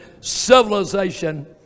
civilization